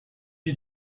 you